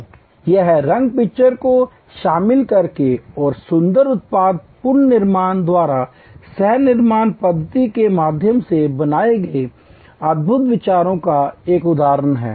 तो यह rug picker को शामिल करके और सुंदर उत्पाद पुन निर्माण द्वारा सह निर्माण पद्धति के माध्यम से बनाए गए अद्भुत विचारों का एक उदाहरण है